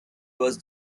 words